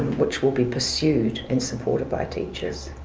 which will be pursued and supported by teachers.